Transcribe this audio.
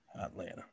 Atlanta